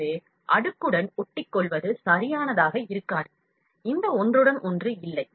எனவே அடுக்குடன் ஒட்டிக்கொள்வது சரியானதாக இருக்காது இந்த ஒன்றுடன் ஒன்று இல்லை